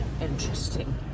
interesting